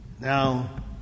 Now